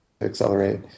accelerate